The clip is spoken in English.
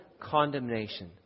condemnation